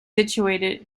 situated